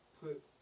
put